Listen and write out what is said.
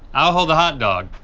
i'll hold the hot dog.